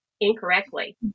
incorrectly